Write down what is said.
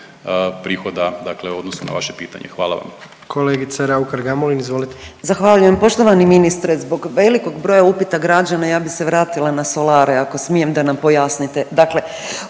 prihoda, dakle u odnosu na vaše pitanje. Hvala vam.